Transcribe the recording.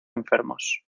enfermos